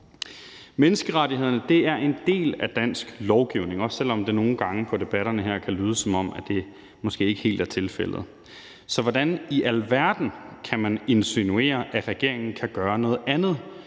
Menneskerettighederne er en del af dansk lovgivning, også selv om det nogle gange på debatterne her kan lyde, som om det måske ikke helt er tilfældet. Så hvordan i alverden kan man insinuere, at regeringen kan gøre noget andet